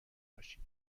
باشید